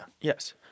Yes